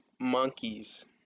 monkeys